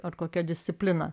ar kokia disciplina